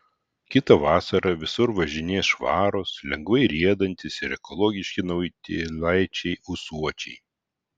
kitą vasarą visur važinės švarūs lengvai riedantys ir ekologiški naujutėlaičiai ūsuočiai